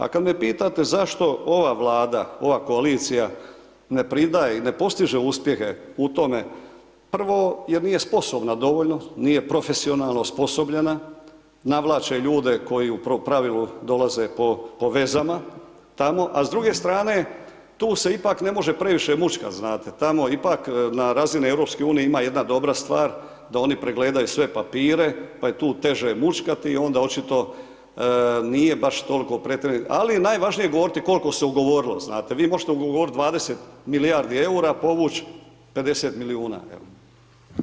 A kad me pitate zašto ova Vlada, ova koalicija ne pridaje i ne postiže uspjehe u tome, prvo jer nije sposobna dovoljno, nije profesionalna, osposobljena, navlače ljude koji u pravilu dolaze po vezama tamo, a s druge strane, tu se ipak ne može previše mućkat, znate, tamo ipak na razini EU ima jedna dobra stvar da oni pregledaju sve papire, pa je tu teže mućkati i onda očito nije baš toliko, ali najvažnije je govoriti koliko se ugovorilo znate, vi možete ugovorit 20 milijardi EUR-a, povuć 50 milijuna, evo.